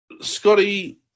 Scotty